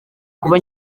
kuba